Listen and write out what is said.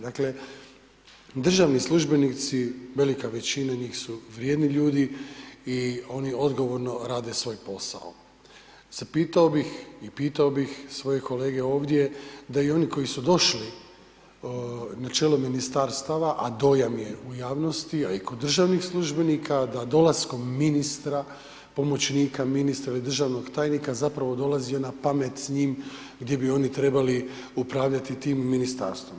Dakle, državni službenici, velika većina njih su vrijedni ljudi i oni odgovorno rade svoj posao, zapitao bih i pitao bih svoje kolege ovdje da i oni koji su došli na čelo ministarstava, a dojam je u javnosti, a i kod državnih službenika da dolaskom ministra, pomoćnika ministra ili državnog tajnika zapravo dolazi jedna pamet s njim gdje bi oni trebali upravljati tim ministarstvom.